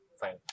Fine